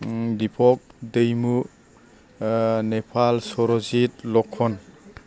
दिपक दैमु नेफाल सरजिथ लखन